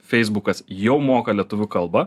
feisbukas jau moka lietuvių kalbą